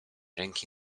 ręki